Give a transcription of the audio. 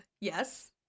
yes